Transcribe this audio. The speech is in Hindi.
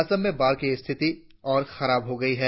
असम में बाढ़ की स्थिति और खराब हो गयी है